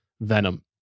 Venom